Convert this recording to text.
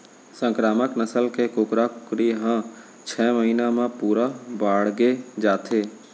संकरामक नसल के कुकरा कुकरी ह छय महिना म पूरा बाड़गे जाथे